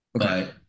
Okay